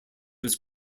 was